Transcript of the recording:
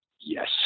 yes